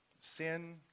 sin